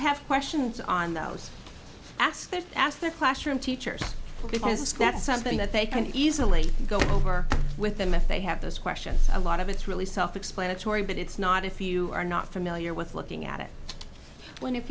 have questions on those ask their ask their classroom teachers because that's something that they can easily go over with them if they have those questions a lot of it's really self explanatory but it's not if you are not familiar with looking at it when if